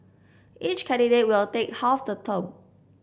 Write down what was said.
each candidate will take half the term